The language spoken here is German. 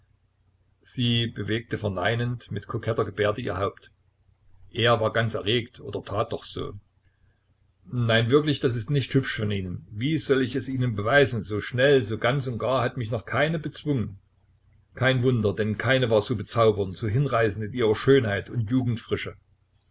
sie bewegte verneinend mit koketter gebärde ihr haupt er war ganz erregt oder tat doch so nein wirklich das ist nicht hübsch von ihnen wie soll ich es ihnen beweisen so schnell so ganz und gar hat mich noch keine bezwungen kein wunder denn keine war so bezaubernd so hinreißend in ihrer schönheit und